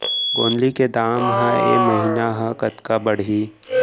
गोंदली के दाम ह ऐ महीना ह कतका बढ़ही?